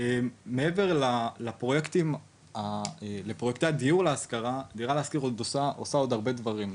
מעבר לפרויקטים של הדיור להשכרה "דירה להשכיר" עושה עוד הרבה דברים.